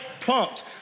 pumped